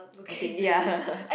they ya